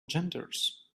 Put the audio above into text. genders